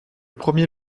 premier